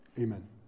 amen